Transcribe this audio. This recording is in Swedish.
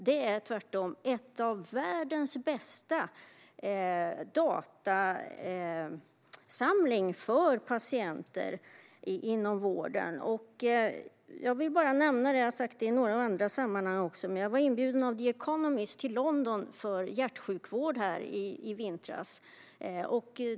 Det är tvärtom en av världens bästa datasamlingar för patienter inom vården. Jag vill bara nämna något som jag sagt även i andra sammanhang. Jag var inbjuden av The Economist till London i vintras; det gällde hjärtsjukvård.